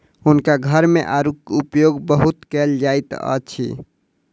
हुनका घर मे आड़ूक उपयोग बहुत कयल जाइत अछि